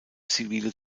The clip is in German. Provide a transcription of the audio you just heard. zivile